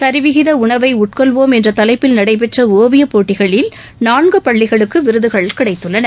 சரிவிகிதஉணவைஉட்கொள்வோம் என்றதலைப்பில் நடைபெற்றஒவியப் போட்டிகளில் நான்குபள்ளிகளுக்குவிருதுகள் கிடைத்துள்ளன